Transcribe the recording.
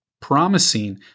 promising